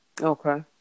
okay